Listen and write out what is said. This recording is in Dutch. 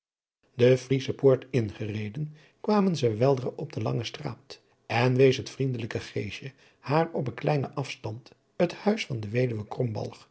de vriesche poort ingereden kwamen zij weldra op de lange straat en wees het vriendelijke geesje haar op een kleinen afstand het huis van de